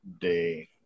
Day